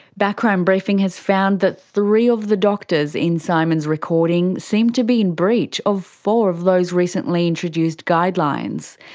background briefing has found that three of the doctors in simon's recording seemed to be in breach of four of those recently introduced guidelines.